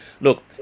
Look